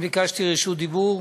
אני ביקשתי רשות דיבור.